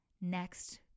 next